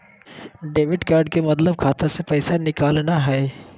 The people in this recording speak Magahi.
डेबिट के मतलब खाता से पैसा निकलना हय